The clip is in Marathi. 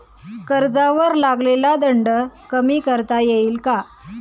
कर्जावर लागलेला दंड कमी करता येईल का?